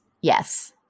Yes